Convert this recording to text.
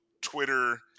Twitter